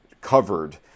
covered